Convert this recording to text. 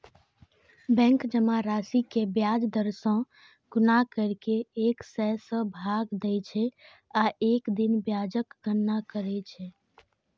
bank जमा राशि कें ब्याज दर सं गुना करि कें एक सय सं भाग दै छै आ एक दिन ब्याजक गणना करै छै